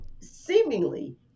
seemingly